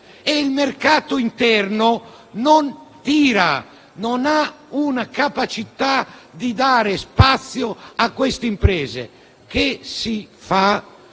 Il mercato interno non tira, non ha la capacità di dare spazio a queste imprese. Che si fa?